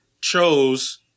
chose